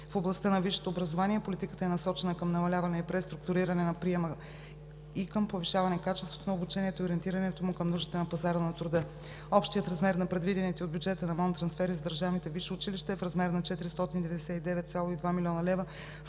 В областта на висшето образование политиката е насочена към намаляване и преструктуриране на приема и към повишаване качеството на обучението и ориентирането му към нуждите на пазара на труда. Общият размер на предвидените от бюджета на Министерството на образованието и науката трансфери за държавните висши училища е в размер на 499,2 млн. лв.,